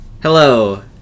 Hello